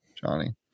Johnny